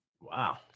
Wow